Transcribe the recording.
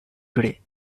today